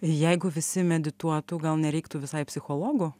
jeigu visi medituotų gal nereiktų visai psichologų